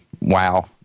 wow